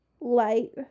light